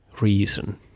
reason